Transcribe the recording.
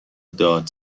داد